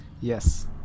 Yes